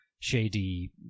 shady